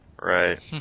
Right